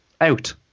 out